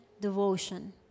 devotion